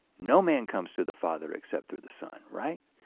no man comes to the father except through the son right?